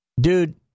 Dude